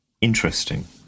interesting